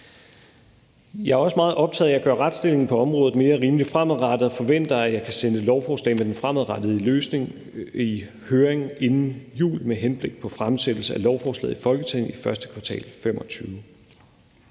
Jeg er også meget optaget af at gøre retsstillingen på området mere rimelig fremadrettet og forventer, at jeg kan sende et lovforslag med den fremadrettede løsning i høring inden jul med henblik på fremsættelse af lovforslaget i Folketinget i første kvartal af